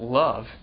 love